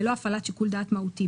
ללא הפעלת שיקול דעת מהותי.